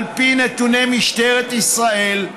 על פי נתוני משטרת ישראל,